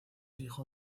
hijo